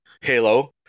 Halo